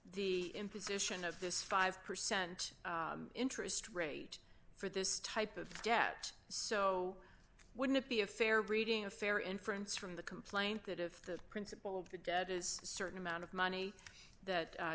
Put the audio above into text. the imposition of this five percent interest rate for this type of debt so wouldn't it be a fair reading a fair inference from the complaint that of the principal of the debt is certain amount of money that